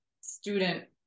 student